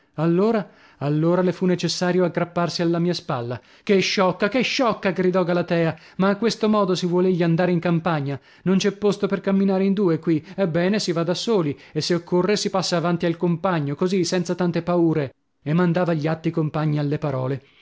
allora allora le fu necessario aggrapparsi alla mia spalla che sciocca che sciocca gridò galatea ma a questo modo si vuol egli andare in campagna non c'è posto per camminare in due qui ebbene si va da soli e se occorre si passa avanti al compagno così senza tante paure e mandava gli atti compagni alle parole